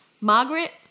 Margaret